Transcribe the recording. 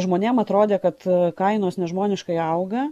žmonėm atrodė kad kainos nežmoniškai auga